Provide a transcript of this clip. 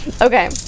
Okay